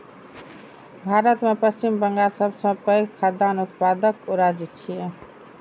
भारत मे पश्चिम बंगाल सबसं पैघ खाद्यान्न उत्पादक राज्य छियै